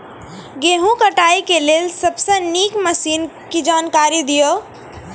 गेहूँ कटाई के लेल सबसे नीक मसीनऽक जानकारी दियो?